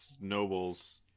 nobles